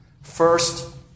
First